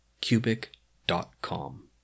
cubic.com